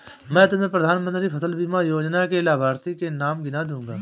मैं तुम्हें प्रधानमंत्री फसल बीमा योजना के लाभार्थियों के नाम गिना दूँगा